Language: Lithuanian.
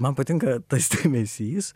man patinka tas dėmesys